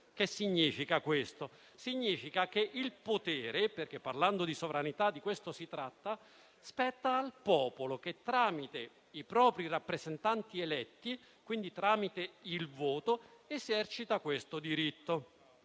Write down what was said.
Che significa questo? Significa che il potere (perché parlando di sovranità di questo si tratta) spetta al popolo, che tramite i propri rappresentanti eletti, quindi tramite il voto, esercita questo diritto.